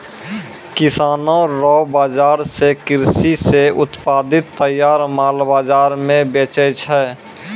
किसानो रो बाजार से कृषि से उत्पादित तैयार माल बाजार मे बेचै छै